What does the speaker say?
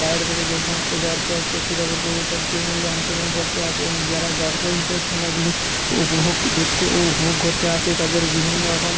বাইরে থেকে যে সমস্ত দর্শক ও ক্রীড়া প্রতিযোগিতার টিমগুলি অংশগ্রহণ করতে আসে এবং যারা দর্শক হিসেবে খেলাগুলি উপভোগ দেখতে ও উপভোগ করতে আসে তাদের বিভিন্ন রকম